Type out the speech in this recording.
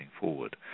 forward